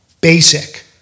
basic